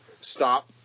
stop